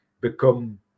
become